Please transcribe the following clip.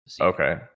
Okay